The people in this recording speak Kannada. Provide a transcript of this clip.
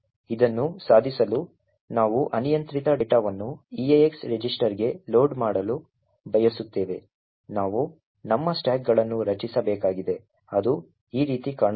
ಇದನ್ನು ಸಾಧಿಸಲು ನಾವು ಅನಿಯಂತ್ರಿತ ಡೇಟಾವನ್ನು eax ರಿಜಿಸ್ಟರ್ಗೆ ಲೋಡ್ ಮಾಡಲು ಬಯಸುತ್ತೇವೆ ನಾವು ನಮ್ಮ ಸ್ಟಾಕ್ಗಳನ್ನು ರಚಿಸಬೇಕಾಗಿದೆ ಅದು ಈ ರೀತಿ ಕಾಣುತ್ತದೆ